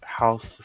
House